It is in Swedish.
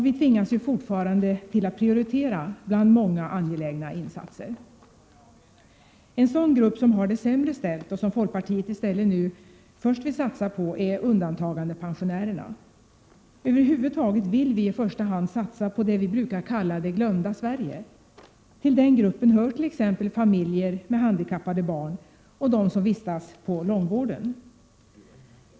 Vi tvingas ju fortfarande att prioritera bland många angelägna insatser. En grupp som har det sämre ställt och som folkpartiet först vill satsa på är undantagande pensionärerna. Över huvud taget vill vi i första hand satsa på det vi brukar kalla ”det glömda Sverige”. Till den gruppen hört.ex. familjer med handikappade barn och personer som vistas på långvården.